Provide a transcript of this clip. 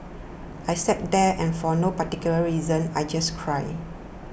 I sat there and for no particular reason I just cried